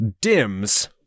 dims